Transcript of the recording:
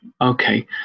Okay